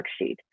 worksheet